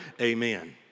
Amen